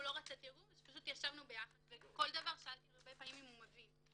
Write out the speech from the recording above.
ולא רצה תרגום אז ישבנו יחד וכל דבר שאלתי הרבה פעמים אם הוא מבין.